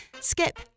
Skip